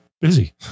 Busy